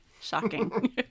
Shocking